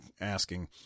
asking